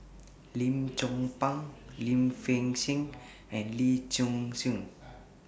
Lim Chong Pang Lim Fei Shen and Lee Shu Fen